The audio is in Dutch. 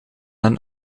een